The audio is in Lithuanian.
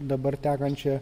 dabar tekančia